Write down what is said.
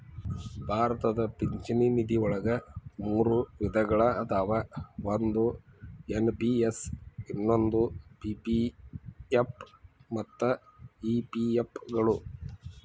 ಭಾರತದ ಪಿಂಚಣಿ ನಿಧಿವಳಗ ಮೂರು ವಿಧಗಳ ಅದಾವ ಒಂದು ಎನ್.ಪಿ.ಎಸ್ ಇನ್ನೊಂದು ಪಿ.ಪಿ.ಎಫ್ ಮತ್ತ ಇ.ಪಿ.ಎಫ್ ಗಳು